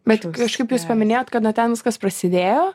bet kažkaip jūs paminėjot kada ne ten viskas prasidėjo